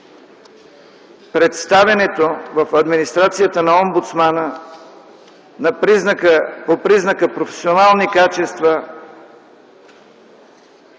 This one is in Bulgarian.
представянето в администрацията на омбудсмана, по признака професионални качества,